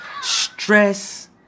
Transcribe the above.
Stress